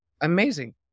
Amazing